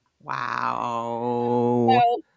Wow